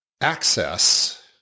access